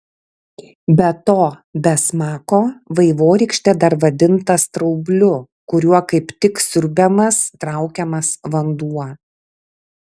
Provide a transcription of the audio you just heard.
be to be smako vaivorykštė dar vadinta straubliu kuriuo kaip tik siurbiamas traukiamas vanduo